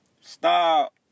stop